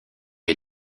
est